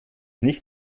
nicht